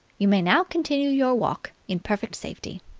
you may now continue your walk in perfect safety.